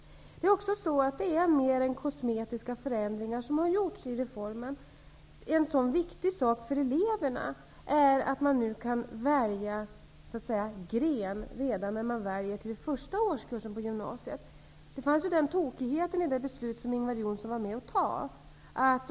Det är mer än kosmetiska förändringar som har gjorts i reformen. En sådan viktig förändring för eleverna är att man nu kan välja gren redan när man väljer till den första årskursen på gymnasiet. Det var en tokighet i det beslut som Ingvar Johnsson var med om att fatta.